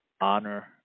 honor